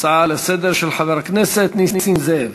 הצעה לסדר-היום של חבר הכנסת נסים זאב.